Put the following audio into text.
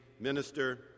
minister